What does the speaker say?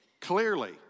clearly